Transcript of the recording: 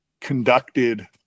conducted